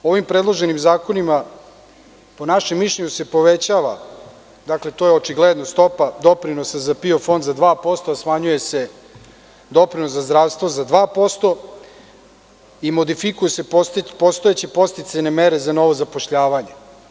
Ovim predloženim zakonima, po našem mišljenju, povećava se stopa doprinosa za PIO fond za 2%, a smanjuje se doprinos za zdravstvo za 2% i modifikuju se postojeće podsticajne mere za novo zapošljavanje.